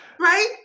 Right